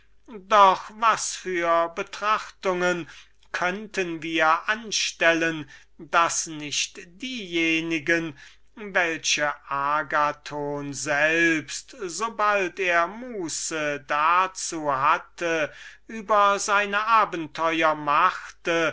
uns besser was für betrachtungen könnten wir anstellen daß nicht diejenige welche agathon selbst sobald er muße dazu hatte über sein abenteur machte